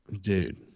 Dude